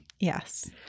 Yes